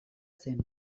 zen